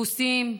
רוסים,